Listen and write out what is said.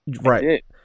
Right